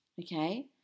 okay